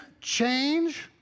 change